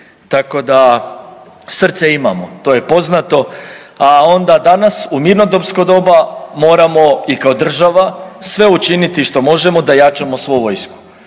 tako da srce imamo to je poznato. A onda danas u mirnodopsko doba moramo i kao država sve učiniti što možemo da jačamo svu vojsku.